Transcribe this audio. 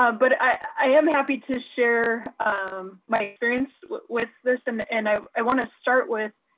ah but i am happy to share um my experience with this. and and i i want to start with